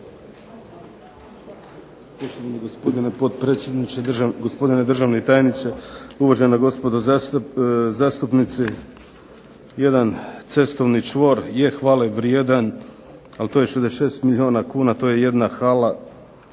Poštovani gospodine potpredsjedniče, gospodine državni tajniče, uvažena gospodo zastupnici. Jedan cestovni čvor je hvale vrijedan, ali to je 66 milijuna kuna. To je jedna hala.